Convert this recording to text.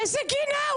איזה גינה?